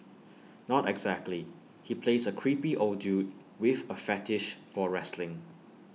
not exactly he plays A creepy old dude with A fetish for wrestling